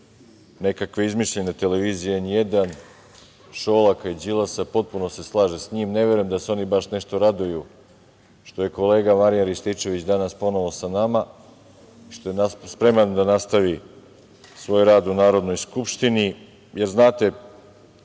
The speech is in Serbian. nekakve izmišljene televizije N1, Šolaka i Đilasa, potpuno se slažem sa njim, ne verujem da se oni baš nešto raduju što je kolega Marijan Rističević danas ponovo sa nama i što je spreman da nastavi svoj rad u Narodnoj skupštini. Jer, znate,